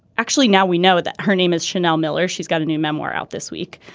actually now we know that her name is chanel miller she's got a new memoir out this week.